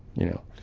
you know?